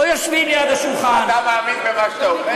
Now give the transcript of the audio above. לא יושבים ליד השולחן, אתה מאמין במה שאתה אומר?